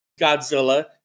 Godzilla